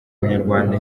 umunyarwanda